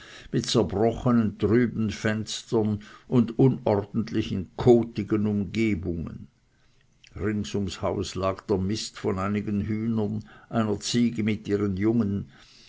mit zerbrochenen trüben fenstern und unordentlichen kotigen umgebungen rings ums haus lag der mist von einigen hühnern einer ziege und ihren jungen